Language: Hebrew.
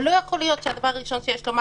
אבל לא יכול להיות שהדבר הראשון שיש לומר